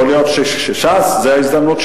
יכול להיות שש"ס, זו ההזדמנות.